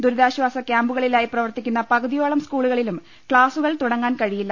ദുരിതാശ്വാസ ക്യാമ്പുകളായി പ്രവർത്തിക്കുന്ന പകുതി യോളം സ്കൂളുകളിലും ക്ലാസുകൾ തുടങ്ങാൻ കഴിയി ല്ല